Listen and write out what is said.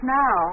now